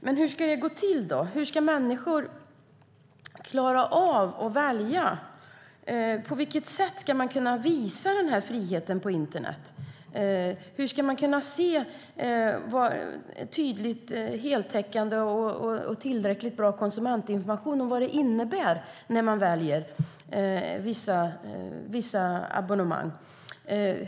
Men hur ska det gå till? Hur ska människor klara av att välja? På vilket sätt ska man kunna visa friheten på internet? Hur ska vi få tydlig, heltäckande och tillräckligt bra konsumentinformation om vad det innebär att välja vissa abonnemang?